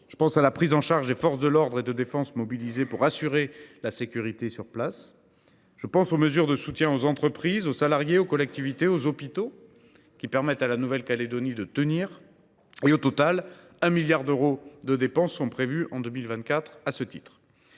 Je pense aussi à la prise en charge des forces de l’ordre et de défense mobilisées pour assurer la sécurité sur place. Je pense enfin aux mesures de soutien aux entreprises, aux salariés, aux collectivités et aux hôpitaux, qui permettent à la Nouvelle Calédonie de tenir. Au total, des dépenses à hauteur de 1 milliard d’euros sont prévues, en 2024, à ce titre.